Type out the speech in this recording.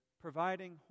providing